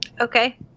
Okay